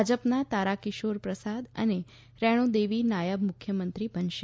ભાજપના તારાકિશોર પ્રસાદ અને રેણુ દેવી નાયબ મુખ્યમંત્રી બનશે